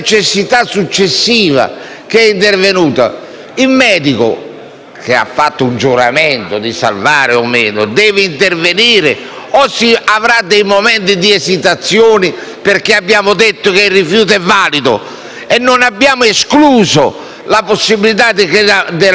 che ha fatto un giuramento deve intervenire o avrà dei momenti di esitazione perché abbiamo detto che il rifiuto è valido e non abbiamo escluso la possibilità di invalidare di quel rifiuto ove subentri un concreto pericolo di vita?